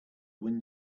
wind